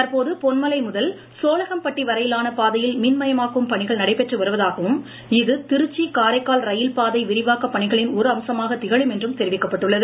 தற்போது பொன்மலை முதல் சோளகம்பட்டி வரையிலான பாதையில் மின்மயமாக்கும் பணிகள் நடைபெற்று வருவதாகவும் இது திருச்சி காரைக்கால் இரயில் பாதை விரிவாக்க பணிகளின் ஒரு அம்சமாக திகழும் என்றும் தெரிவிக்கப்பட்டுள்ளது